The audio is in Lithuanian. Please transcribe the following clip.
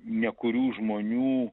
ne kurių žmonių